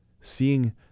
seeing